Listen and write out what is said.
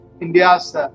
India's